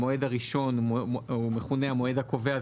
המועד הראשון הוא מכונה המועד הקובע,